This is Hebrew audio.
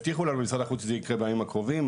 הבטיחו לנו משרד החוץ שזה יקרה בימים הקרובים,